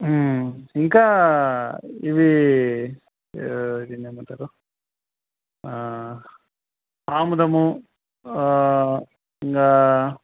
ఇంకా ఇవి ఇన్నమంటారు ఆముదము ఇంకా